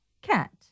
Cat